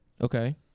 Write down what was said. Okay